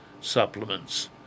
supplements